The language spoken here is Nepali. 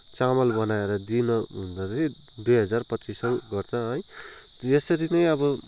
चामल बनाएर दिने हुँदाखेरी दुई हजार पच्चिस सौ पर्छ है यसरी नै अब